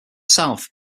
south